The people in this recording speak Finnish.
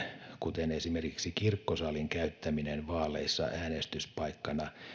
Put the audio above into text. kuten esimerkiksi kirkkosalin käyttäminen vaaleissa äänestyspaikkana